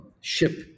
ship